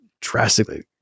drastically